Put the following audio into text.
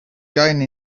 going